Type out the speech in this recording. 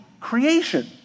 creation